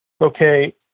okay